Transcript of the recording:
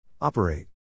Operate